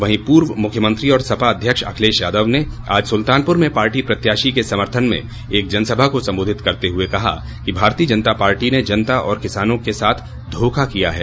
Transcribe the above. वहीं पूर्व मुख्यमंत्री और सपा अध्यक्ष अखिलेश यादव ने आज सुल्तानपुर में पार्टी प्रत्याशी के समर्थन में एक जनसभा को संबोधित करते हुए कहा कि भारतीय जनता पार्टी ने जनता और किसानों के साथ धोखा किया है